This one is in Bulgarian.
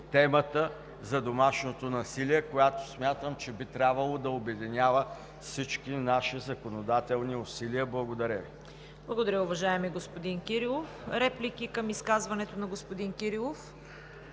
за домашното насилие, която смятам, че би трябвало да обединява всички наши законодателни усилия. Благодаря Ви. ПРЕДСЕДАТЕЛ ЦВЕТА КАРАЯНЧЕВА: Благодаря Ви, уважаеми господин Кирилов. Реплики към изказването на господин Кирилов?